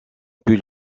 pull